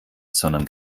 sondern